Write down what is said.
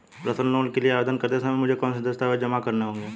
Personal loan के लिए आवेदन करते समय मुझे कौन से दस्तावेज़ जमा करने होंगे?